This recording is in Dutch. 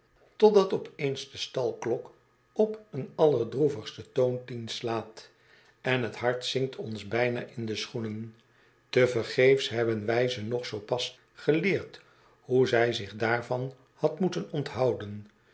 totdat op eens de stalklok opeen allerdroevigsten toon tien slaat en t hart zinkt ons bijna in de schoenen tevergeefs hebben wij ze nog zoo pas geleerd hoe zij zich daarvan had moeten onthouden